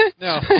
No